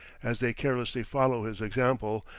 as they carelessly follow his example,